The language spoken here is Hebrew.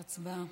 הצבעה.